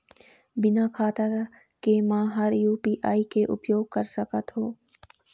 बिना खाता के म हर यू.पी.आई के उपयोग कर सकत हो?